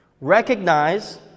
recognize